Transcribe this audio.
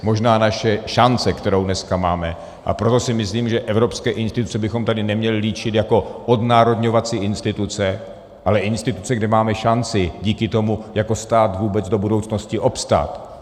Možná naše šance, kterou dneska máme, a proto si myslím, že evropské instituce bychom tady neměli líčit jako odnárodňovací instituce, ale instituce, kde máme šanci díky tomu jako stát vůbec do budoucnosti obstát.